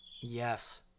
Yes